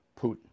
Putin